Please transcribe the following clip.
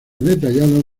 detalladas